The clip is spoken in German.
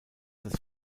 das